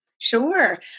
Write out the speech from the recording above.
Sure